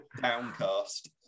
downcast